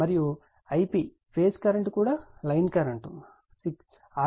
మరియు ఈ Ip phase current కూడా లైన్ కరెంట్ 6